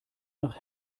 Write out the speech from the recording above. nach